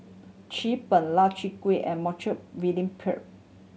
Chin Peng Lau Chiap Khai and Montague William Pett